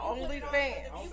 OnlyFans